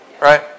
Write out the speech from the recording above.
Right